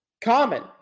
common